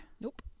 Nope